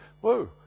whoa